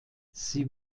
sie